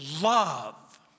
love